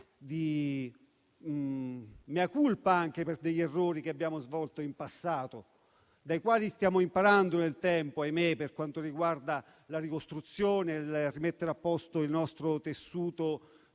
di *mea culpa* per gli errori che abbiamo commesso in passato, dai quali stiamo imparando nel tempo per quanto riguarda la ricostruzione, per mettere a posto il nostro tessuto